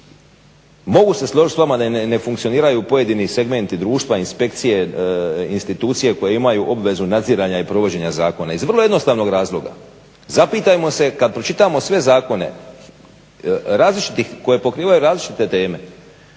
Mogu se složiti s vama da ne funkcioniraju pojedini segmenti društva, inspekcije, institucije koje imaju obvezu nadziranja i provođenja zakona. Iz vrlo jednostavnog razloga, zapitajmo kada pročitamo sve zakone različitih, koje pokrivaju različite teme